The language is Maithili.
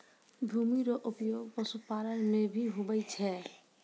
भूमि रो उपयोग पशुपालन मे भी हुवै छै